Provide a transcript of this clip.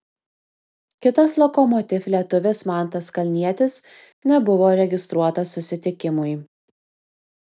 kitas lokomotiv lietuvis mantas kalnietis nebuvo registruotas susitikimui